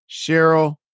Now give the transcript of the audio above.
Cheryl